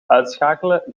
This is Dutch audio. uitschakelen